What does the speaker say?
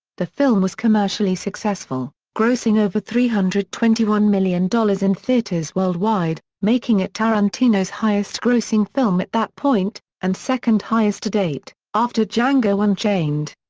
the film was commercially successful, grossing over three hundred and twenty one million dollars in theaters worldwide, making it tarantino's highest-grossing film at that point, and second-highest to date, after django unchained.